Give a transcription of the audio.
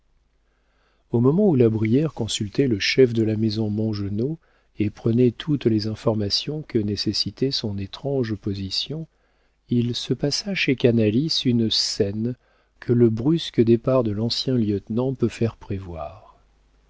au moment où la brière consultait le chef de la maison mongenod et prenait toutes les informations que nécessitait son étrange position il se passa chez canalis une scène que le brusque départ de l'ancien lieutenant peut faire prévoir